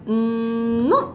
mm not